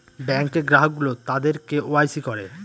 ব্যাঙ্কে গ্রাহক গুলো তাদের কে ওয়াই সি করে